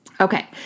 Okay